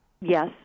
Yes